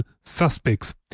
suspects